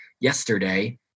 yesterday